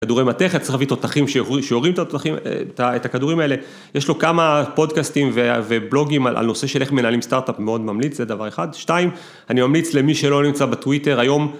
כדורי מתכת, צריך להביא תותחים שיורים את התותחים, את הכדורים האלה. יש לו כמה פודקאסטים ובלוגים על נושא של איך מנהלים סטארט-אפ, מאוד ממליץ, זה דבר אחד. שתיים, אני ממליץ למי שלא נמצא בטוויטר היום.